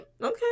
okay